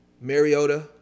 Mariota